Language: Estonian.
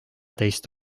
teist